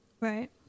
Right